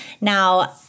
Now